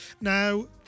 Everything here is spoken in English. Now